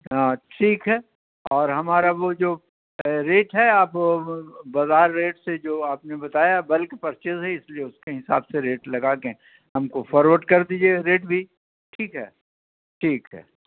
ہاں ٹھیک ہے اور ہمارا وہ جو ریٹ ہے آپ بازار ریٹ سے جو آپ نے بتایا بلک پرچیز ہے اس لیے اس کے حساب سے ریٹ لگا کے ہم کو فارورڈ کر دیجیے گا ریٹ بھی ٹھیک ہے ٹھیک ہے